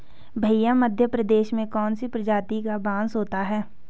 भैया मध्य प्रदेश में कौन सी प्रजाति का बांस होता है?